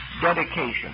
dedication